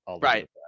Right